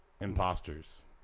imposters